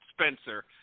Spencer